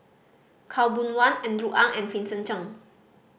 Khaw Boon Wan Andrew Ang and Vincent Cheng